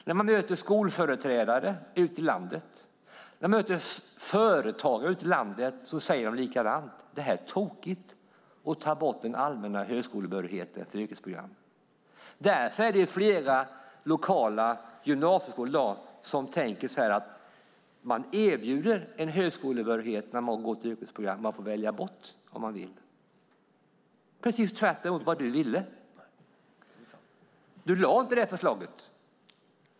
När man möter skolföreträdare och företagare ute i landet säger de likadant, att det är tokigt att ta bort den allmänna högskolebehörigheten på yrkesprogrammen. Därför är det flera lokala gymnasieskolor i dag som erbjuder dem som går ett yrkesprogram en högskolebehörighet, och man får välja bort den om man vill. Det är precis tvärtemot vad du ville. Du lade inte fram det här förslaget.